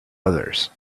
others